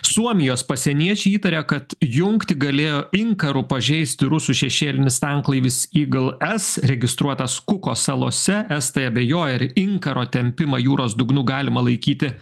suomijos pasieniečiai įtaria kad jungtį galėjo inkaru pažeisti rusų šešėlinis tanklaivis eagle s registruotas kuko salose estai abejoja ar inkaro tempimą jūros dugnu galima laikyti